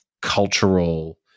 cultural